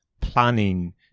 planning